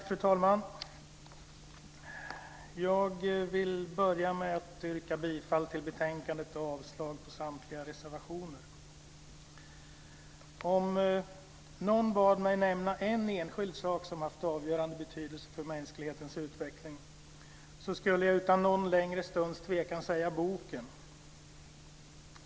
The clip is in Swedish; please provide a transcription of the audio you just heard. Fru talman! Jag vill börja med att yrka bifall till förslagen i betänkandet och avslag på samtliga reservationer. Om någon bad mig nämna en enskild sak som haft avgörande betydelse för mänsklighetens utveckling, skulle jag utan någon längre stunds tvekan säga boken.